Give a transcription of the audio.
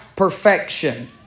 perfection